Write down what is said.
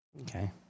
Okay